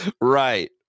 right